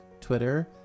Twitter